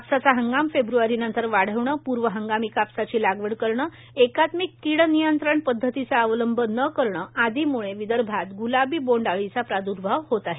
कापसाचा हंगाम फेब्र्वारीनंतर वाढविणे पूर्वहंगामी कापसाची लागवड करणे एकात्मिक कीडनियंत्रण पद्धतीचा अवलंब न करणे आदीमुळे विदर्भात ग्लाबी बोंड अळीचा प्रादुर्भाव होत आहे